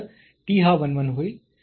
तर t हा 1 1 होईल